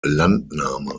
landnahme